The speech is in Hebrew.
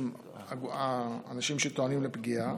האנשים שטוענים לפגיעה.